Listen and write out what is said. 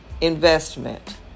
investment